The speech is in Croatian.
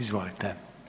Izvolite.